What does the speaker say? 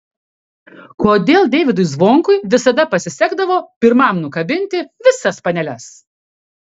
kodėl deivydui zvonkui visada pasisekdavo pirmam nukabinti visas paneles